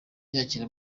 yakira